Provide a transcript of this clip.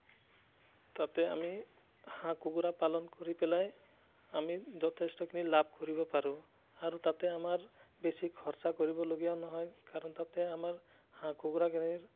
তাতে আমি হাঁহ কুকুৰা পালন কৰি পেলাই আমি যথেষ্টখিনি লাভ কৰিব পাৰোঁ আৰু তাতে আমাৰ বেছি খৰচা কৰিবলগীয়াও নহয় কাৰণ তাতে আমাৰ হাঁহ কুকুৰাখিনিৰ